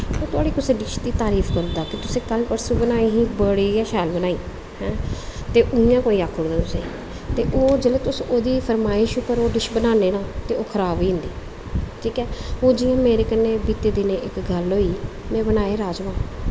ओह् तोआढ़ी कुसै डिश दी तारीफ करदा कि तुसें कल परसों बनाई ही बड़ी गै शैल बनाई ही ऐं ते इ'यां कोई आक्खी ओड़दा तुसेंगी ते ओह् जेल्लै तुस ओह्दी फरमाईश उप्पर ओह् डिश बनाने ना ते ओह् खराब होई जंदी ठीक ऐ ओह् जियां मेरे कन्नै बीती दी ऐ इक दिन गल्ल होई में बनाए राजमांह्